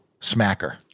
smacker